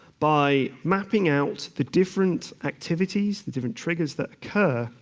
by mapping out the different activities, the different triggers that occur,